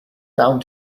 down